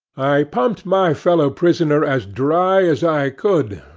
i pumped my fellow-prisoner as dry as i could,